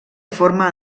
forma